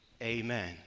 Amen